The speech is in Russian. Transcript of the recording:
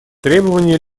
требование